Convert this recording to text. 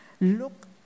Look